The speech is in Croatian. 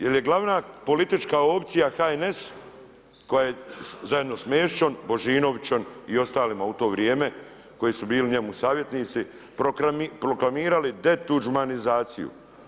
Jer je glavna politička opcija HNS koja je zajedno s Mesićom, Božinovićom i ostalima u to vrijeme, koji su bili njemu savjetnici proklamirali detuđmanizaciju.